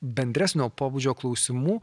bendresnio pobūdžio klausimų